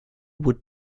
would